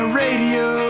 radio